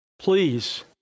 please